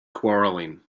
quarrelling